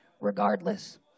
Regardless